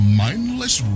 mindless